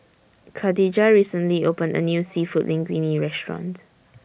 Khadijah recently opened A New Seafood Linguine Restaurant